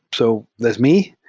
so that's me.